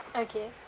okay